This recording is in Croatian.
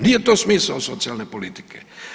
Nije to smisao socijalne politike.